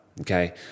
Okay